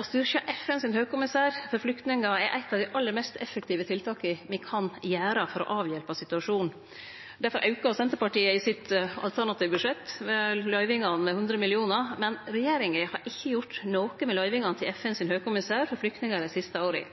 Å styrkje Høgkommissæren for flyktningar i FN er eit av dei aller mest effektive tiltaka me kan gjere for å avhjelpe situasjonen. Difor auka Senterpartiet i sitt alternative budsjett løyvingane med 100 mill. kr, men regjeringa har ikkje gjort noko med løyvingane til Høgkommissæren for flyktningar i FN